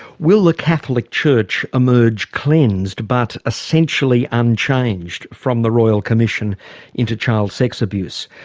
will the catholic church emerge cleansed but essentially unchanged from the royal commission into child sex abuse?